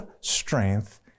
strength